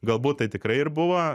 galbūt tai tikrai ir buvo